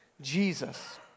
Jesus